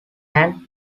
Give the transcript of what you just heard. hand